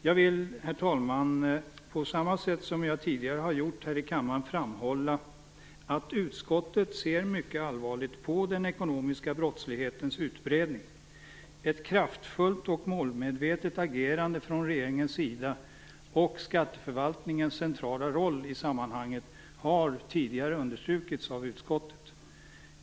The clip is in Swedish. Jag vill, herr talman, såsom jag tidigare har gjort här i kammaren framhålla att utskottet ser mycket allvarligt på den ekonomiska brottslighetens utbredning. Ett kraftfullt och målmedvetet agerande från regeringens sida liksom skatteförvaltningens centrala roll i sammanhanget har tidigare understrukits av utskottet.